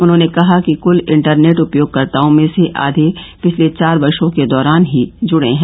उन्हॉने कहा कि कल इंटरनेट उपयोगकर्ताओं में से आये पिछले चार वर्षो के दौरान ही जुड़े हैं